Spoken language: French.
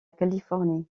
californie